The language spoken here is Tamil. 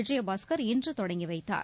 விஜயபாஸ்கர் இன்றுதொடங்கிவைத்தார்